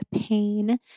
pain